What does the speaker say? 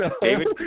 David